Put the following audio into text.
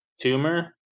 tumor